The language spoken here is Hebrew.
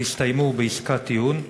הסתיימו בעסקת טיעון?